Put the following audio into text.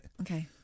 Okay